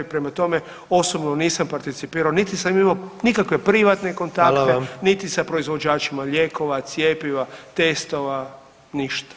Prema tome, osobno nisam participirao, niti sam imao nikakve privatne kontakte, niti sa proizvođačima lijekova, cjepiva, testova, ništa.